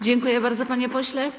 Dziękuję bardzo, panie pośle.